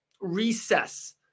recess